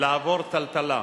לעבור טלטלה.